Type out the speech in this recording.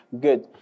good